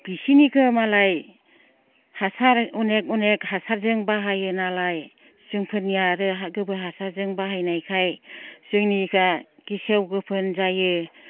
बिसोरनिखौ मालाय हासार अनेक अनेक हासारजों बाहायो नालाय जोंफोरनिया आरो गोबोर हासारजों बाहायनायखाय जोंनिखौ गेसाव गोफोन जायो